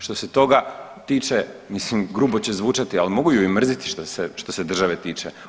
Što se toga tiče, mislim grubo će zvučati, ali mogu ju i mrziti što se državi tiče.